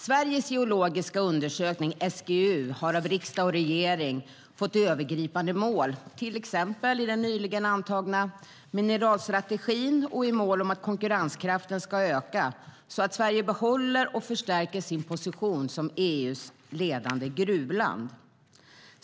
Sveriges geologiska undersökning, SGU, har av riksdag och regering fått övergripande mål, till exempel i den nyligen antagna mineralstrategin, om att konkurrenskraften ska öka så att Sverige behåller och förstärker sin position som EU:s ledande gruvland.